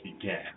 began